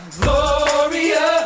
Gloria